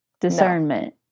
Discernment